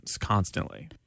constantly